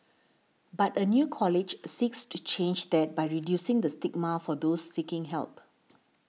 but a new college seeks to change that by reducing the stigma for those seeking help